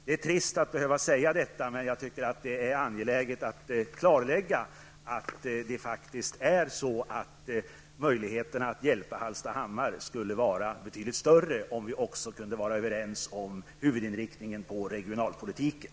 Det är trist att behöva säga det, men jag tycker att det är angeläget att klarlägga att möjligheterna att hjälpa Hallstahammar skulle vara betydligt större om vi också kunde vara överens om huvudinriktningen i regionalpolitiken.